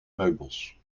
meubels